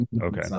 Okay